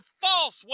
false